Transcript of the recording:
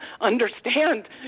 understand